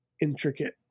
intricate